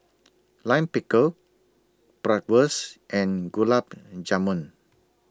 Lime Pickle Bratwurst and Gulab and Jamun